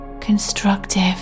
constructive